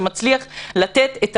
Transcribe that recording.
שמצליח לתת את